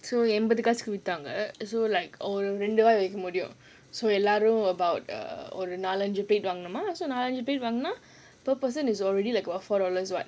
so அம்பது காசுக்கு வித்தாங்க:ambathu kaasukku vithaanga so like oh about err நாலஞ்சு:naalanju plate வாங்குனா:vaangunaa per person is already like about four dollars [what]